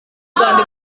rwanda